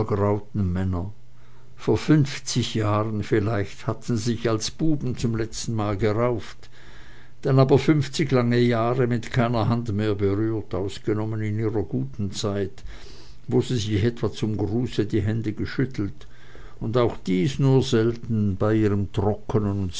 ergrauten männer vor fünfzig jahren vielleicht hatten sie sich als buben zum letzten mal gerauft dann aber fünfzig lange jahre mit keiner hand mehr berührt ausgenommen in ihrer guten zeit wo sie sich etwa zum gruße die hände geschüttelt und auch dies nur selten bei ihrem trockenen